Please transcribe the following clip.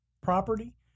property